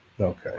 Okay